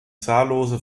zahllose